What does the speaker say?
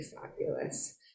fabulous